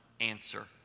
answer